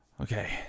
Okay